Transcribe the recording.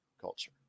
Culture